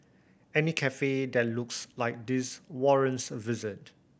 any cafe that looks like this warrants a visit